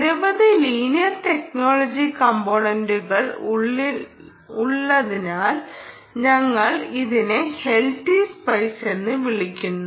നിരവധി linear technology കമ്പോണെൻ്റുകൾ ഉള്ളതിനാൽ ഞങ്ങൾ ഇതിനെ എൽടി സ്പൈസ് എന്ന് വിളിക്കുന്നു